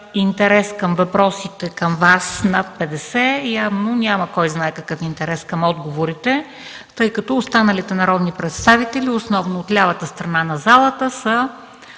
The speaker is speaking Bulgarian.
интерес към въпросите към Вас – над 50, явно няма кой знае какъв интерес към отговорите, тъй като останалите народни представители, основно от лявата страна на залата, са